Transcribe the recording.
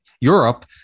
Europe